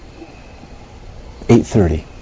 8:30